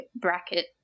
bracket